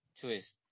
twist